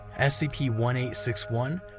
SCP-1861